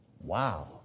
Wow